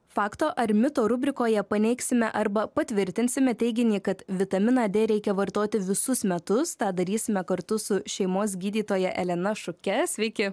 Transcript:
fakto ar mito rubrikoje paneigsime arba patvirtinsime teiginį kad vitaminą d reikia vartoti visus metus tą darysime kartu su šeimos gydytoja elena šuke sveiki